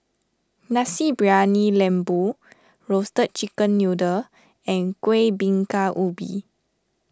Nasi Briyani Lembu Roasted Chicken Noodle and Kuih Bingka Ubi